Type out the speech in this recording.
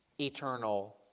eternal